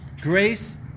grace